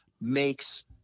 makes